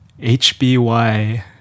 hby